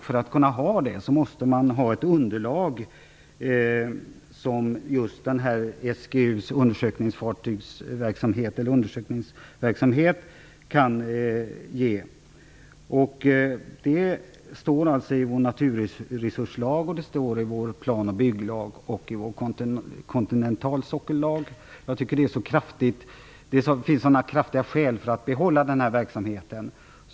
För att kunna ha det måste man ha ett underlag, som just SGU:s undersökningsverksamhet kan ge. Det står i vår naturresurslag, i vår plan och bygglag och i vår kontinentalsockellag. Det finns kraftiga skäl att behålla verksamheten.